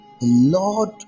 Lord